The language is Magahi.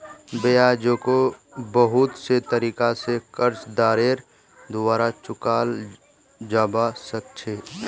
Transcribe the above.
ब्याजको बहुत से तरीका स कर्जदारेर द्वारा चुकाल जबा सक छ